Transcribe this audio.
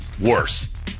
worse